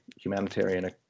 humanitarian